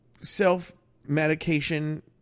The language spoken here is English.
self-medication